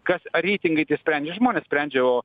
kas ar reitingai tai sprendžia žmonės sprendžia